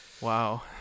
Wow